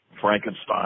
Frankenstein